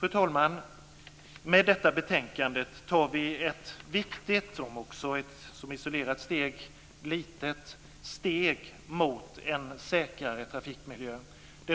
Fru talman! Med detta betänkande tar vi ett viktigt, om än isolerat, litet steg mot en säkrare trafikmiljö.